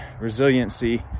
resiliency